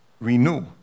renew